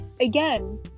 again